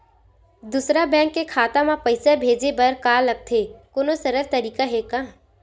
दूसरा बैंक के खाता मा पईसा भेजे बर का लगथे कोनो सरल तरीका हे का?